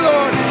Lord